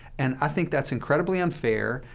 and i think that's incredibly unfair.